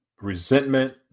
resentment